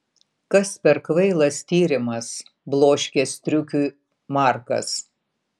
kas per kvailas tyrimas bloškė striukiui markas